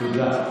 תודה.